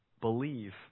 believe